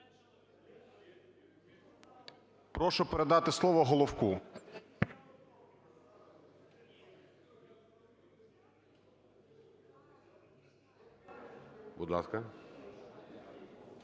Прошу передати слово Головку.